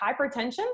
hypertension